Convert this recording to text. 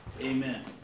Amen